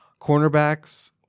Cornerbacks